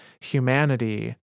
humanity